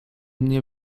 nie